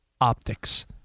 Optics